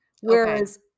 whereas